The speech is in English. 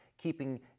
keeping